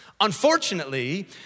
Unfortunately